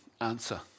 answer